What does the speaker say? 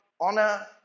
honor